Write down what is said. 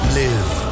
live